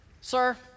Sir